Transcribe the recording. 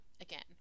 again